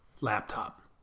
laptop